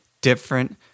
different